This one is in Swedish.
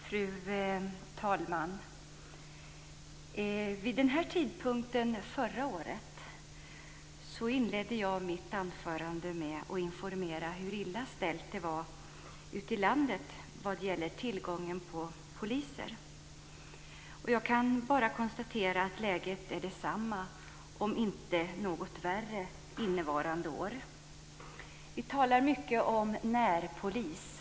Fru talman! Vid denna tidpunkt förra året inledde jag mitt anförande med att informera om hur illa ställt det var ute i landet vad gäller tillgången på poliser. Jag kan bara konstatera att läget är det samma, om inte något värre, innevarande år. Vi talar mycket om närpolis.